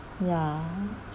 ya